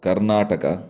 Karnataka